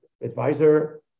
advisor